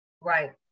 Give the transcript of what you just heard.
right